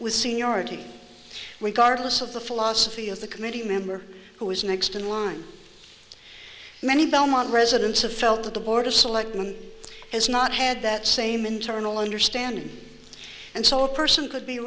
with seniority we cardless of the philosophy of the committee member who is next in line many belmont residents of felt that the board of selectmen has not had that same internal understanding and so a person could be